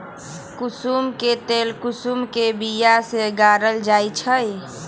कुशुम के तेल कुशुम के बिया से गारल जाइ छइ